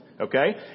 okay